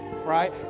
right